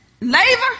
labor